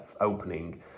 opening